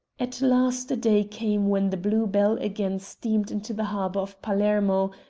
at last a day came when the blue-bell again steamed into the harbour of palermo,